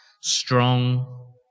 strong